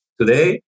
Today